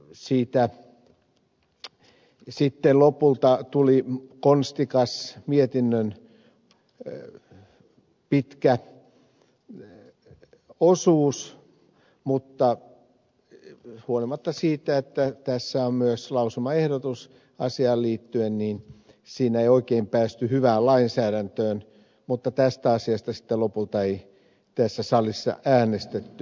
siitä lopulta tuli mietinnön konstikas pitkä osuus mutta huolimatta tästä että on myös lausumaehdotus asiaan liittyen ei oikein päästy hyvään lainsäädäntöön mutta tästä ei lopulta tässä salissa äänestetty